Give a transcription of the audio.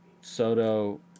Soto